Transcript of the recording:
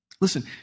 Listen